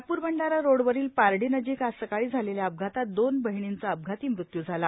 नागपूर भंडारा रोडवरील पारडी नजिक आज सकाळी झालेल्या अपघातात दोन बहिनींचा अपघाती मृत्यू झाला